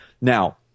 Now